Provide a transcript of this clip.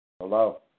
Hello